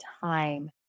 time